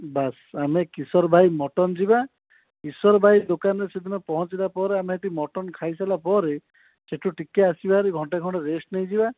ବାସ୍ ଆମେ କିଶୋର ଭାଇ ମଟନ୍ ଯିବା କିଶୋର ଭାଇ ଦୋକାନ ସେ ଦିନ ପହଞ୍ଚିଲା ପରେ ଆମେ ସେଇଠି ମଟନ୍ ଖାଇସାରିଲା ପରେ ସେଇଠୁ ଟିକିଏ ଆସିବା ହାରି ଘଣ୍ଟେ ଖଣ୍ଡ ରେଷ୍ଟ୍ ନେଇଯିବା